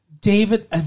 David